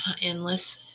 Endless